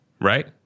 right